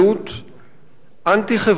להתנהלות אנטי-חברתית,